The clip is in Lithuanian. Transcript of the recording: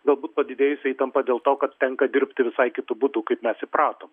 galbūt padidėjusią įtampą dėl to kad tenka dirbti visai kitu būdu kaip mes įpratom